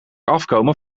afkomen